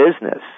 business